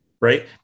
Right